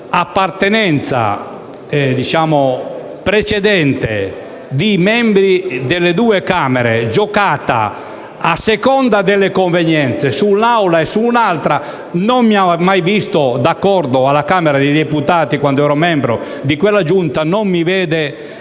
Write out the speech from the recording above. dell'appartenenza precedente di membri delle due Camere, giocata, a seconda delle convenienze, su una o sull'altra Assemblea, non mi ha mai visto d'accordo alla Camera dei deputati quando ero membro di quella Giunta e non mi vede